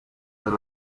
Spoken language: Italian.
per